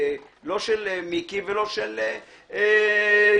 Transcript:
לא של מיקי ולא של שולי,